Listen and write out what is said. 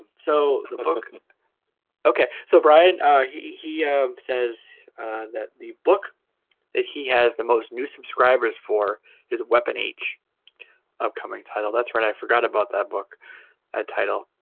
um so the book okay, so brian he he says that the book that he has the most new subscribers for his weapon h upcoming title that's right i forgot about that book a title